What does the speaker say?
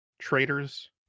traitors